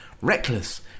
reckless